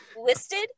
listed